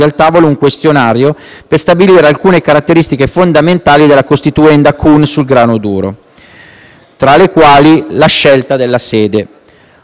un questionario per stabilire alcune caratteristiche fondamentali della costituenda CUN sul grano duro, tra le quali la scelta della sede.